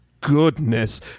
goodness